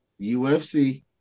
UFC